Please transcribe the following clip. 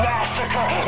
Massacre